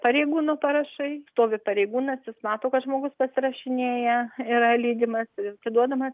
pareigūnų parašai stovi pareigūnas jis mato kad žmogus pasirašinėja yra leidimas atiduodamas